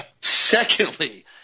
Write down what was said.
Secondly